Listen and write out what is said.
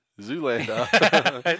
Zoolander